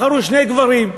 בחרה שני גברים,